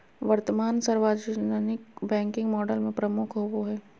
वर्तमान सार्वजनिक banking model में प्रमुख होबो हइ